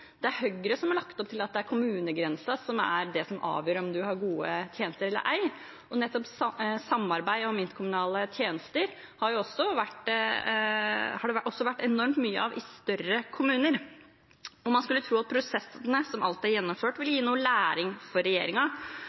Det er Høyre som har lagt opp til at det er kommunegrensen som er det som avgjør om man har gode tjenester eller ei. Og nettopp samarbeid om interkommunale tjenester har det også vært enormt mye av i større kommuner. Man skulle tro at prosessene som alt er gjennomført, vil gi noe læring for